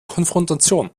konfrontation